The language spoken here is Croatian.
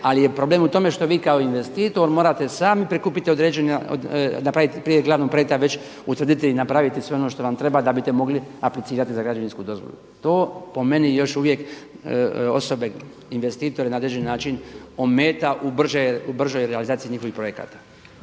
ali je problem što vi kao investitor morate sami prikupiti određene, napraviti prije glavnog projekta utvrditi i napraviti sve ono što vam treba da biste mogli aplicirati za građevinsku dozvolu. To po meni još uvijek osobe investitore na određeni način ometa u bržoj realizaciji njihovih projekata.